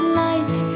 light